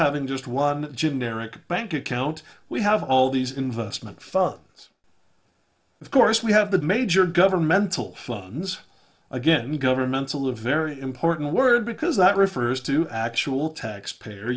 having just one generic bank account we have all these investment funds of course we have the major governmental loans again governmental a very important word because that refers to actual tax payer